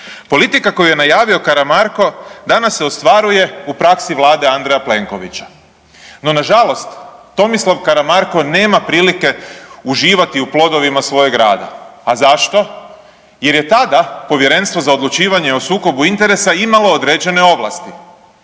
Politika koju je najavio Karamarko danas se ostvaruje u praksi Vlade Andreja Plenovića, no nažalost Tomislav Karamarko nema prilike uživati u plodovima svojeg rada. A zašto? Jer je tada Povjerenstvo za odlučivanje o sukobu interesa imalo određene ovlasti